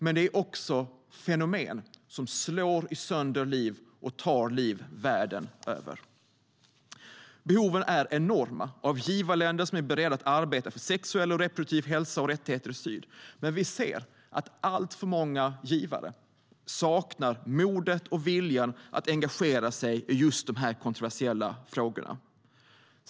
Men det är också fenomen som slår sönder liv och tar liv världen över. Det finns enorma behov av givarländer som är beredda att arbeta för sexuell och reproduktiv hälsa och rättigheter i syd. Men alltför många givare saknar modet och viljan att engagera sig i de här kontroversiella frågorna.